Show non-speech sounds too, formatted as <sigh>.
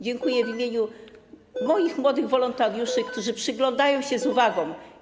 Dziękuję <noise> w imieniu moich młodych wolontariuszy, którzy przyglądają się z uwagą.